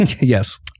Yes